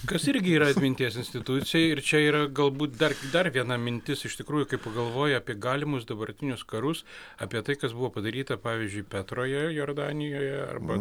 kas irgi yra atminties institucija ir čia yra galbūt dar dar viena mintis iš tikrųjų kaip pagalvoji apie galimus dabartinius karus apie tai kas buvo padaryta pavyzdžiui petroje jordanijoje arba